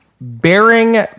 bearing